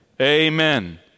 amen